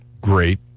great